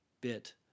bit